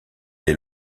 des